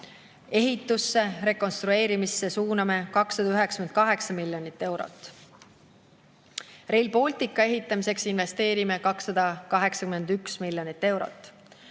Ehitusse ja rekonstrueerimisse suuname 298 miljonit eurot. Rail Balticu ehitamiseks investeerime 281 miljonit eurot.